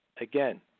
Again